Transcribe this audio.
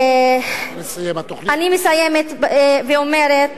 אני מסיימת ואומרת,